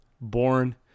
born